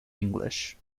english